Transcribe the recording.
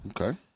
Okay